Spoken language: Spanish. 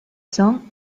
son